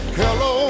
hello